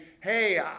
hey